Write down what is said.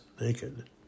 naked